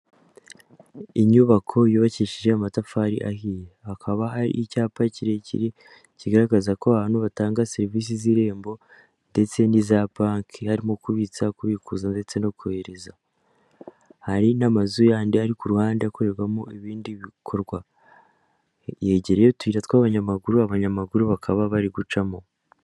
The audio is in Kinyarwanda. Inyubako yubakishije amatafari ahiye, hakaba hari icyapa kirekire kigaragaza ko abantu batanga serivisi z'irembo, ndetse n'iza banki, harimo kubitsa, kubikuza ndetse no kohereza, hari n'amazu yandi ari ku ruhande akorerwamo ibindi bikorwa, yegereye utuyira tw'abanyamaguru, abanyamaguru bakaba bari gucamo.